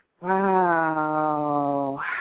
Wow